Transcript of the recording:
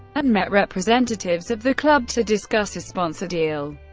and met representatives of the club to discuss a sponsor deal.